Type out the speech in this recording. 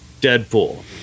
Deadpool